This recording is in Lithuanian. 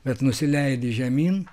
bet nusileidi žemyn